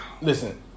Listen